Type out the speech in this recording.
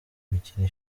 mikino